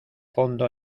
fondo